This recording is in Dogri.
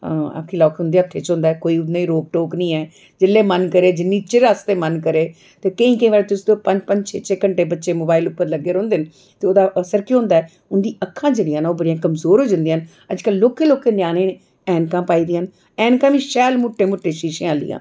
उं'दे हत्थें च होंदा ऐ ते कोई उ'नेंगी रोक टोक कोई निं ऐ जिल्लै मन करै जिन्ने चिर मन करै ते केईं केईं बारी तुस पंज पंज छे छे घैंटे बच्चे मोबाइल पर लग्गे दे रौंह्दे न ते ओह्दा असर केह् होंदा ऐ उंदी अक्खां जेह्ड़ियां न ओह् बड़ियां कमजोर होई जंदियां न अज्जकल लौह्के लौह्के ञयानें ऐनकां पाई दियां न ऐनकां बी शैल मुट्टे मुट्टे शीशे आह्लियां